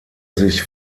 sich